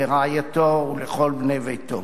לרעייתו ולכל בני ביתו.